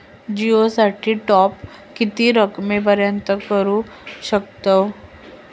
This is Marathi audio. जिओ साठी टॉप किती रकमेपर्यंत करू शकतव?